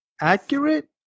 accurate